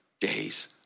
days